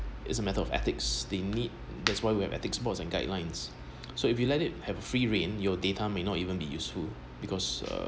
it's a matter of ethics they need that's why we have ethics boards and guidelines so if you let it have free rein your data may not even be useful because uh